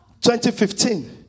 2015